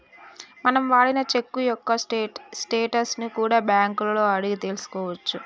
మనం వాడిన చెక్కు యొక్క స్టేటస్ ని కూడా బ్యేంకులలో అడిగి తెల్సుకోవచ్చు